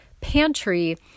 pantry